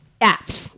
Apps